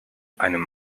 einem